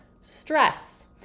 stress